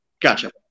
Gotcha